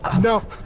No